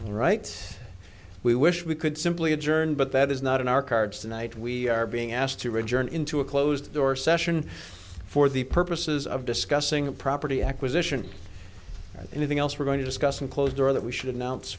right we wish we could simply adjourn but that is not in our cards tonight we are being asked to return into a closed door session for the purposes of discussing a property acquisition or anything else we're going to discuss in closed door that we should announce